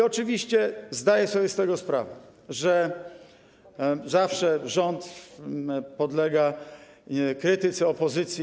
Oczywiście zdaję sobie z tego sprawę, że zawsze rząd podlega krytyce opozycji.